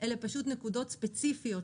היועצת המשפטית,